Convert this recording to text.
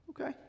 Okay